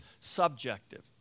subjective